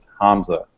Hamza